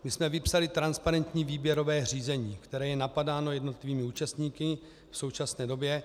My jsme vypsali transparentní výběrové řízení, které je napadáno jednotlivými účastníky v současné době.